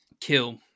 kill